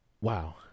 Wow